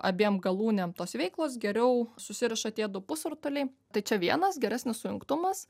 abiem galūnėm tos veiklos geriau susiriša tie du pusrutuliai tai čia vienas geresnis sujungtumas